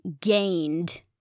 Gained